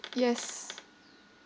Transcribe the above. yes